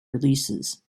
releases